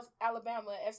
Alabama